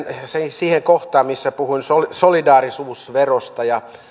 siihen kohtaan missä puhuin solidaarisuusverosta ja